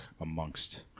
amongst